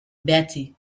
bederatzi